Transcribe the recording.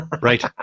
Right